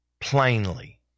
plainly